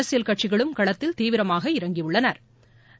அரசியல் கட்சிகளும் களத்தில் தீவிரமாக இறங்கியுள்ளனா்